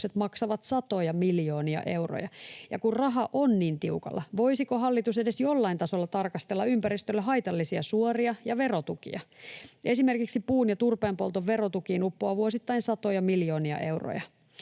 maksavat satoja miljoonia euroja. Ja kun raha on niin tiukalla, voisiko hallitus edes jollain tasolla tarkastella ympäristölle haitallisia suoria ja verotukia? Esimerkiksi puun- ja turpeenpolton verotukiin uppoaa vuosittain satoja miljoonia euroja.